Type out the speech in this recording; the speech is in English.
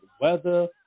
weather